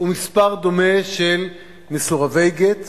ומספר דומה של מסורבי גט,